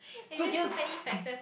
so here